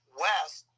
west